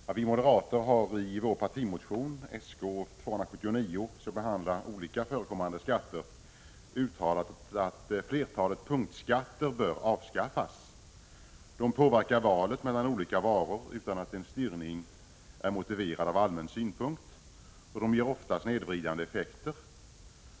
Herr talman! Vi moderater har i vår partimotion Sk279, som behandlar olika förekommande skatter, uttalat att flertalet punktskatter bör avskaffas. De påverkar valet mellan olika varor utan att en styrning är motiverad från allmän synpunkt. De ger ofta snedvridande effekter.